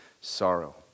sorrow